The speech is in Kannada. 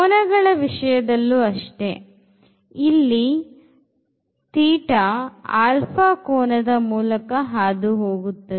ಕೋನಗಳ ವಿಷಯದಲ್ಲೂ ಅಷ್ಟೇ ಇಲ್ಲಿ θ alpha ಕೋನದ ಮೂಲಕ ಹಾದು ಹೋಗುತ್ತದೆ